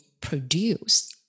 produce